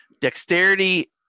dexterity